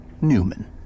Newman